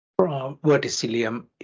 verticillium